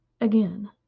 Again